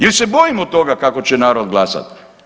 Je li se bojimo toga kako će narod glasati?